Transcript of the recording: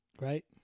Right